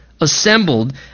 assembled